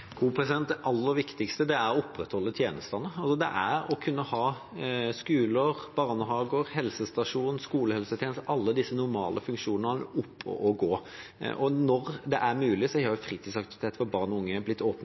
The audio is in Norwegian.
Det aller viktigste er å opprettholde tjenestene. Det er å kunne ha skoler, barnehager, helsestasjon, skolehelsetjeneste, alle disse normale funksjonene, oppe å gå. Når det har vært mulig, har fritidsaktiviteter for barn og unge blitt